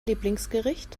lieblingsgericht